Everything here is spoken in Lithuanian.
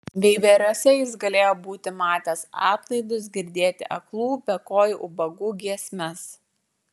veiveriuose jis galėjo būti matęs atlaidus girdėti aklų bekojų ubagų giesmes